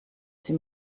sie